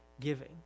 giving